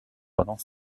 pendant